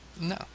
No